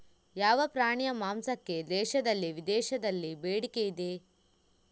ಯಾವ ಪ್ರಾಣಿಯ ಮಾಂಸಕ್ಕೆ ದೇಶದಲ್ಲಿ ವಿದೇಶದಲ್ಲಿ ಬೇಡಿಕೆ ಇದೆ?